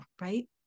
right